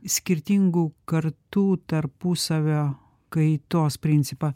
skirtingų kartų tarpusavio kaitos principą